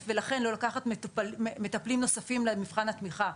ולכן לא לקחת מטפלים נוספים למבחן התמיכה.